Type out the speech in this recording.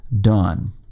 done